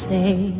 Say